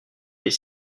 est